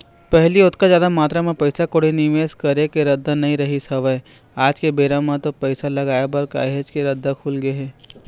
पहिली ओतका जादा मातरा म पइसा कउड़ी निवेस करे के रद्दा नइ रहिस हवय आज के बेरा म तो पइसा लगाय बर काहेच के रद्दा खुलगे हे